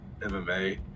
MMA